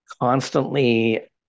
constantly